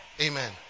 Amen